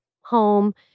home